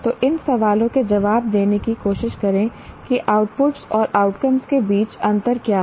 तो इन सवालों के जवाब देने की कोशिश करें कि आउटपुट और आउटकम्स के बीच अंतर क्या हैं